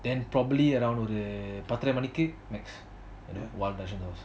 then probably around ஒரு பத்திர மணிகி:oru pathura maniki max next one nationals